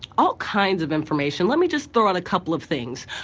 all kinds of information. let me just throw on a couple of things.